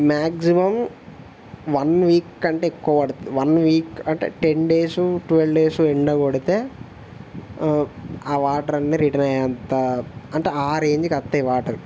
maximum one week కంటే ఎక్కువ పడుతుంది వన్ వీక్ అంటే టెన్ డేసు టువల్వ్ డేస్ ఎండ కొడితే ఆ వాటర్ అన్నీ రిటర్న్ అయ్యే అంత అంటే ఆ రేంజ్కి వస్తాయి వాటరు